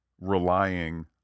relying